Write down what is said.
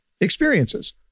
experiences